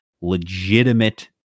legitimate